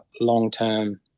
long-term